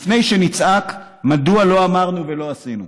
לפני שנצעק מדוע לא אמרנו ולא עשינו.